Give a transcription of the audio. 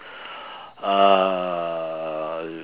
uh